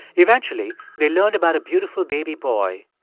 eventually, they learned about a beautiful baby boy,